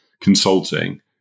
consulting